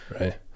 right